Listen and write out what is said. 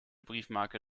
briefmarke